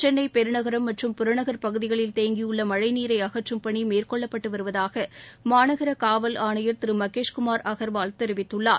சென்னை பெருநரம் மற்றும் புறநகர் பகுதிகளில் தேங்கியுள்ள மழழ நீரை அகற்றும் பணி மேற்கொள்ளப்பட்டு வருவதாக மாநகர காவல் ஆணையர் திரு மகேஷ் குமார் அகர்வால் தெரிவித்தார்